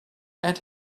and